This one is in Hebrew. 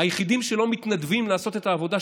היחידים שלא מתנדבים לעשות את העבודה,